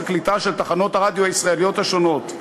קליטה של תחנות הרדיו הישראליות השונות.